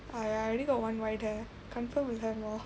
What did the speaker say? !aiya! I already got one white hair confirm will have more